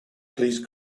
please